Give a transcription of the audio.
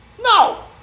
No